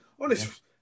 Honest